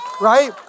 Right